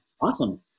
Awesome